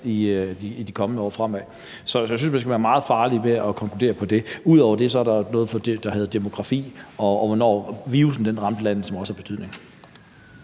der kom bagefter. Så jeg synes, at man skal være meget varsom med at konkludere på det. Ud over det er der noget, der hedder demografi, og hvornår virussen ramte landet, som også har betydning.